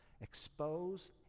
expose